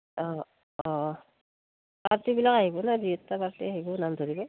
অঁ অঁ পাৰ্টীবিলাক আহিব ন দুই এটা পাৰ্টী আহিব নাম ধৰিব